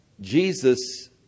Jesus